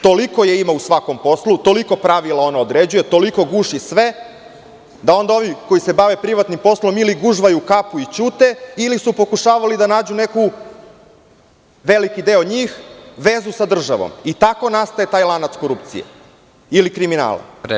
Toliko je ima u svakom poslu, toliko pravila ona određuje, toliko guši sve da onda ovi koji se bave privatnim poslom ili gužvaju kapu i ćute ili su pokušavali da nađu neku, veliki deo njih, vezu sa državom i tako nastaje taj lanac korupcije ili kriminala.